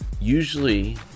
usually